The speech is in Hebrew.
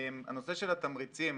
הנושא של התמריצים